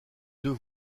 deux